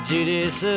Judas